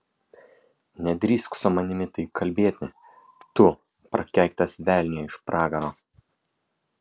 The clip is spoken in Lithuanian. nedrįsk su manimi taip kalbėti tu prakeiktas velnie iš pragaro